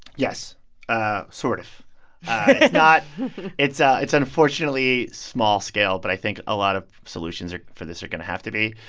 yes ah sort of it's not it's ah it's unfortunately small-scale, but i think a lot of solutions are for this are going to have to be.